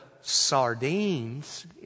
sardines